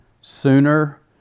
sooner